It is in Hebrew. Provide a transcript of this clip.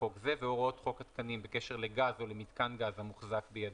חוק זה והוראות חוק התקנים בקשר לגז או למיתקן גז המוחזק בידו.